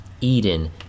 Eden